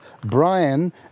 Brian